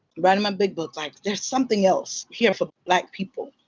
writing my big book. like there's something else here for black people.